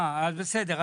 בסדר.